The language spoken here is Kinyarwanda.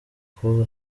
cool